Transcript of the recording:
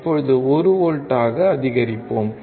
இப்போது 1 வோல்ட்டாக அதிகரிப்போம்